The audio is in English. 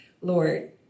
Lord